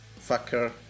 fucker